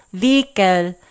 vehicle